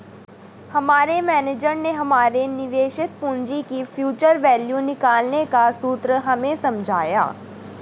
हमारे मेनेजर ने हमारे निवेशित पूंजी की फ्यूचर वैल्यू निकालने का सूत्र हमें समझाया